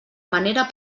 manera